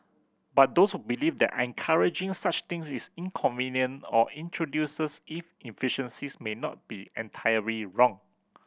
but those who believe that encouraging such things is inconvenient or introduces inefficiencies may not be entirely wrong